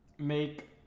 make